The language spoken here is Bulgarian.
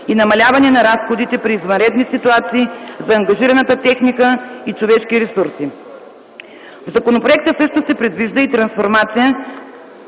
и намаляване на разходите при извънредни ситуации за ангажираната техника и човешки ресурси. В законопроекта също се предвижда и трансформация